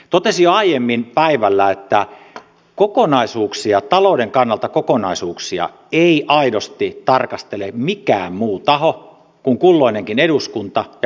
totesin jo aiemmin päivällä että kokonaisuuksia talouden kannalta kokonaisuuksia ei aidosti tarkastele mikään muu taho kuin kulloinenkin eduskunta ja kulloinenkin hallitus